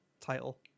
title